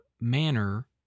manner